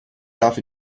darf